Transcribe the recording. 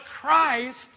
Christ